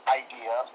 idea